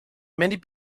many